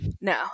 No